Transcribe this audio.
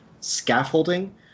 scaffolding